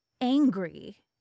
angry